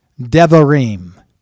Devarim